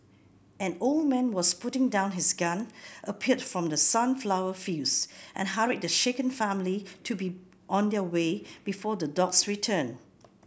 an old man was putting down his gun appeared from the sunflower fields and hurried the shaken family to be on their way before the dogs return